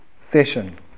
session